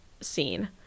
scene